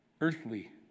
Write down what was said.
earthly